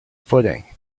footing